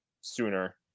sooner